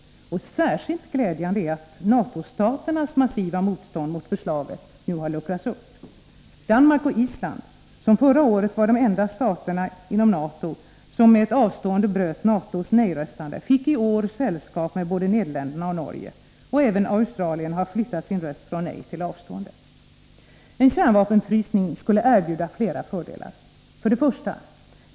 Särskilt glädjande är att NATO-staternas massiva motstånd mot förslaget nu har luckrats upp. Danmark och Island, som förra året var de enda stater inom NATO som med ett avstående bröt NATO:s nej-röstande, fick i år sällskap med både Nederländerna och Norge. Även Australien flyttade sin röst från nej till avstående. En kärnvapenfrysning skulle erbjuda flera fördelar: 1.